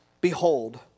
Behold